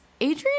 adrian